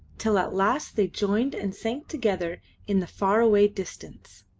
till at last they joined and sank together in the far-away distance.